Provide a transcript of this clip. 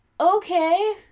okay